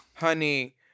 Honey